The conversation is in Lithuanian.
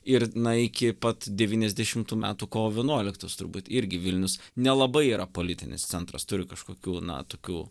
ir na iki pat devyniasdešimtų metų kovo vienuoliktos turbūt irgi vilnius nelabai yra politinis centras turi kažkokių na tokių